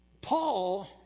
Paul